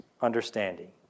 understanding